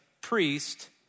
priest